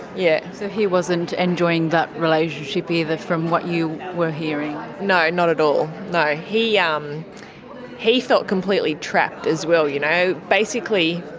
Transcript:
yeah so he wasn't enjoying that relationship either, from what you were hearing? no, not at all. no, he ah um he felt completely trapped as well. you know basically,